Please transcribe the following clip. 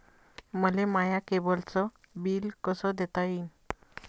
मले माया केबलचं बिल कस देता येईन?